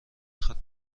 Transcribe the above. خواد